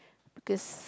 this